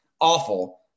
Awful